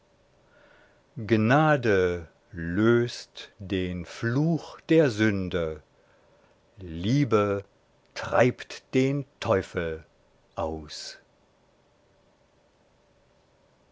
gnade löst den fluch der sünde liebe treibt den teufel aus